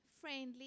friendly